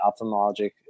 ophthalmologic